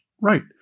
right